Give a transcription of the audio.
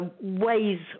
ways